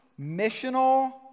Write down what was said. missional